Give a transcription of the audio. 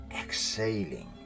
exhaling